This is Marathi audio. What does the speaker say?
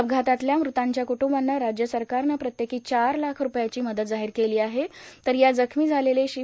अपघातातल्या मुतांच्या कुट्रंबांना राज्य सरकारनं प्रत्येकी चार लाख रूपयांची मदत जाहीर केली आहे तर यात जखमी झालेले श्री